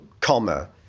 comma